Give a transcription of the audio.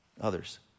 others